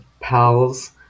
pals